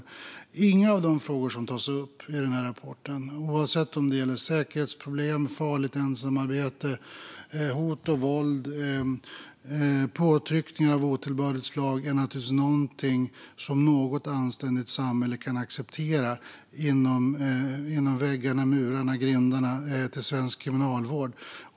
Naturligtvis är inget av det som tas upp i den här rapporten, oavsett om det gäller säkerhetsproblem, farligt ensamarbete, hot och våld eller påtryckningar av otillbörligt slag, något som ett anständigt samhälle kan acceptera inom väggarna, murarna och grindarna till svensk kriminalvård.